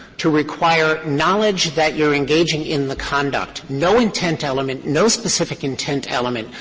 to require knowledge that you're engaging in the conduct, no intent element, no specific intent element.